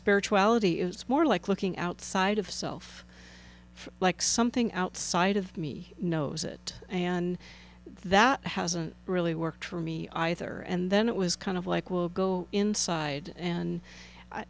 spirituality is more like looking outside of self like something outside of me knows it and that hasn't really worked for me either and then it was kind of like we'll go inside and